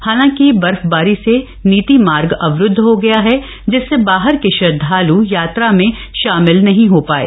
हालांकि बर्फबारी से नीति मार्ग अवरुदध हो गया जिससे बाहर के श्रदधालु यात्रा में शामिल नहीं हो पाये